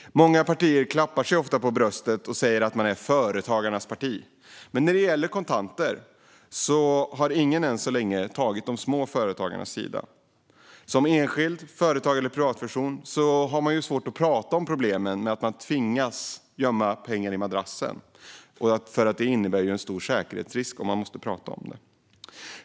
Många partier klappar sig ofta på bröstet och säger att de är företagarnas parti, men när det gäller kontanter har ingen än så länge ställt sig på de små företagens sida. Som enskild företagare eller privatperson har man svårt att prata om problemen med att man "tvingas" gömma pengar i madrassen, då det innebär en stor säkerhetsrisk om man måste prata om det.